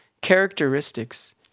characteristics